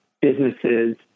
businesses